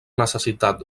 necessitat